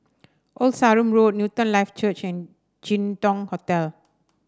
Old Sarum Road Newton Life Church and Jin Dong Hotel